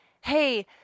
Hey